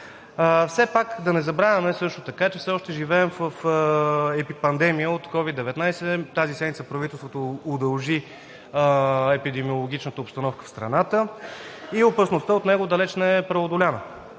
Все пак да не забравяме също така, че все още живеем в пандемия от COVID-19. Тази седмица правителството удължи епидимиологичната обстановка в страната. Опасността от него далеч не е преодоляна.